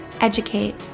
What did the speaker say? educate